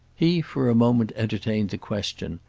he for a moment entertained the question,